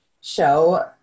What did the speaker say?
show